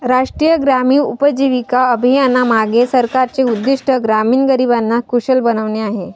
राष्ट्रीय ग्रामीण उपजीविका अभियानामागे सरकारचे उद्दिष्ट ग्रामीण गरिबांना कुशल बनवणे आहे